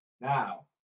Now